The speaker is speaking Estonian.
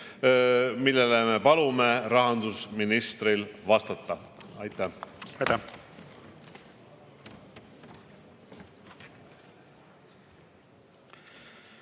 millele me palume rahandusministril vastata. Aitäh!